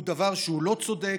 הוא דבר שהוא לא צודק,